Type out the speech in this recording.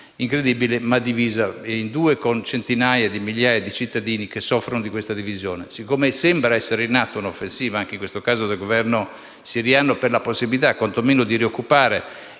incredibile, ma divisa in due parti con centinaia di migliaia di cittadini che soffrono per questa divisione. Siccome sembra essere in atto un'offensiva del Governo siriano per la possibilità di rioccupare